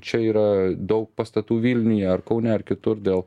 čia yra daug pastatų vilniuje ar kaune ar kitur dėl